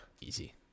Easy